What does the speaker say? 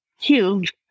huge